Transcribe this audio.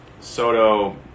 Soto